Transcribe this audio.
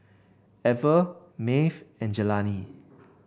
Ever Maeve and Jelani